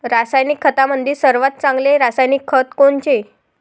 रासायनिक खतामंदी सर्वात चांगले रासायनिक खत कोनचे?